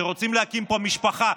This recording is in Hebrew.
שרוצים להקים פה המשפחה.